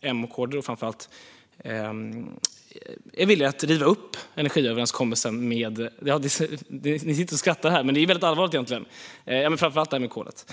M och KD, framför allt, villiga att riva upp energiöverenskommelsen. Man sitter och skrattar nu, men det är egentligen väldigt allvarligt, framför allt det här med kolet.